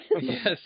Yes